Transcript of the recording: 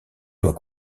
doit